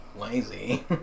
lazy